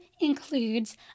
includes